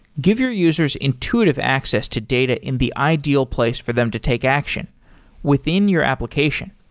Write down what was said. give your users intuitive access to data in the ideal place for them to take action within your application.